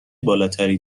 بالاتری